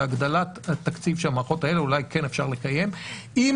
והגדלת תקציב המערכות האלה אולי כן אפשר לקיים - אם